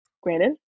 granted